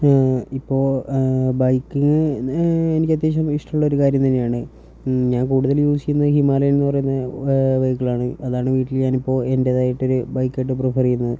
ഇപ്പോൾ ബൈക്കിങ് എനിക്കത്യാവശ്യം ഇഷ്ടമുള്ളൊരു കാര്യം തന്നെയാണ് ഞാൻ കൂടുതൽ യൂസ് ചെയ്യുന്നത് ഹിമാലയൻ എന്നു പറയുന്ന വെഹിക്കിളാണ് അതാണ് വീട്ടിൽ ഞാനിപ്പോൾ എൻ്റെേതായിട്ടൊരു ബൈക്കായിട്ട് പ്രിഫർ ചെയ്യുന്നത്